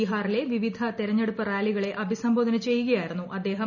ബിഹാറിലെ വിവിധ തെരഞ്ഞെടുപ്പ് റാലികളെ അഭിസംബോധന ചെയ്യുകയായിരുന്നു അദ്ദേഹം